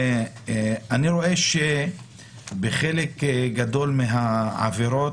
אני רואה שבחלק גדול מהעבירות,